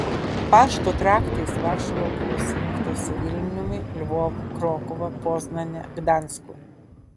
pašto traktais varšuva buvo sujungta su vilniumi lvovu krokuva poznane gdansku